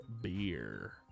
Beer